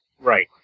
Right